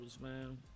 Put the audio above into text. man